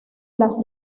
las